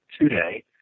today